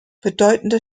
bedeutende